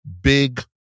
big